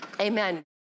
Amen